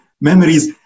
memories